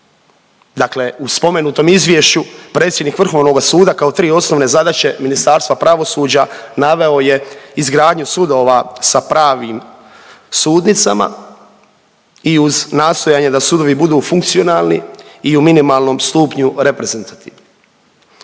Dakle u spomenutom izvješću predsjednik vrhovnoga suda kao tri osnovne zadaće Ministarstva pravosuđa naveo je izgradnju sudova sa pravim sudnicama i uz nastojanje da sudovi budu funkcionalni i u minimalnom stupnju reprezentativni.